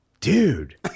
dude